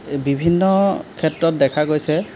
এই বিভিন্ন ক্ষেত্ৰত দেখা গৈছে